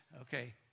okay